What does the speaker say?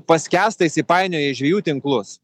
paskęsta įsipainioję žvejų tinklus